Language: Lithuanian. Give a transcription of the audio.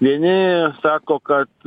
vieni sako kad